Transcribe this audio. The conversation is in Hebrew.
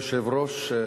אדוני היושב-ראש,